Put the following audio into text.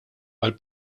għall